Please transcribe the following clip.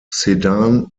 sedan